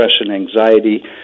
anxiety